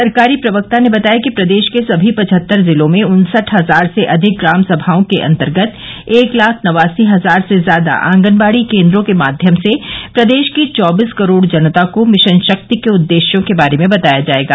सरकारी प्रवक्ता ने बताया कि प्रदेश के सभी पचहत्तर जिलों में उन्सठ हजार से अधिक ग्राम सभाओं के अन्तर्गत एक लाख नवासी हजार से ज्यादा आंगनबाड़ी केन्द्रों के माध्यम से प्रदेश की चौबीस करोड़ जनता को मिशन शक्ति के उददेश्यों के बारे में बताया जायेगा